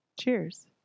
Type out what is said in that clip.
Cheers